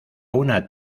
una